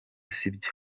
sibyo